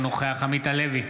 אינו נוכח עמית הלוי,